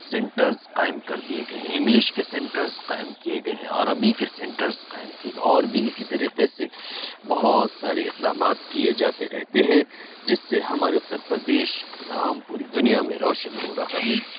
centres قائم کر دیے گئے ہیں انگلش کے سینٹرز قائم کیے گئے ہیں عربی کے سینٹرز قائم کیے گئے ہیں اور بھی اسی طریقے سے بہت سارے اقدامات کیے جاتے رہتے ہیں جس سے ہمارے اتّر پردیش کا نام پوری دنیا میں روشن ہو رہا ہے